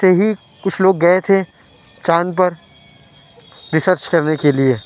سے ہی کچھ لوگ گئے تھے چاند پر ریسرچ کرنے کے لیے